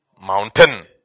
mountain